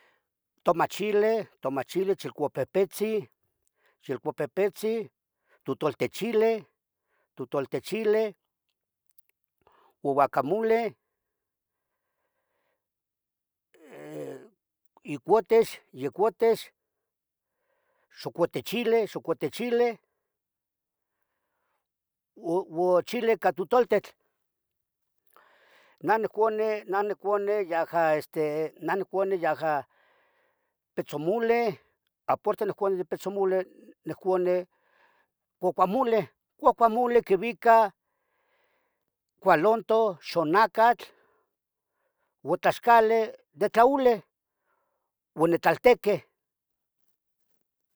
Tomachile, tomachile chicopetetzin, chicopetetzin, totoltechileh, totoltechileh oguacamoleh. igotex, igotex, xocotechile, xocotechileh uo chile ica totultitl. Nah niconih, nah niconi yaja, este nah niconi yaja pitzomole aparte niconi de pitzomoleh, niconih cocamole, cuacamoli quicuica cualantoh xonacatl uo tlaxcali de tlaoli uo nitlaltequeh.